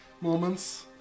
Moments